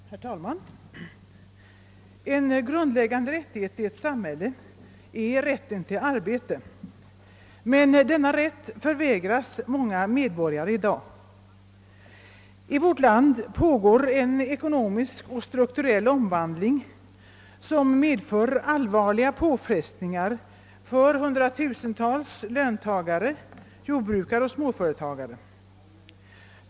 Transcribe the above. Herr talman! En grundläggande rättighet i ett samhälle är rätten till arbete, men denna rätt förvägras många medborgare i dag. I vårt land pågår en ekonomisk och strukturell omvandling, som medför allvarliga påfrestningar på hundratusentals löntagare, jordbrukare och småföretagare.